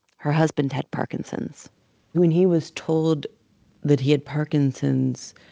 her husband had parkinson's when he was told that he had parkinson's,